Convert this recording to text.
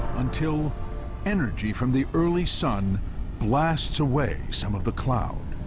until energy from the early sun blasts away some of the cloud.